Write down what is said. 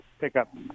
pickup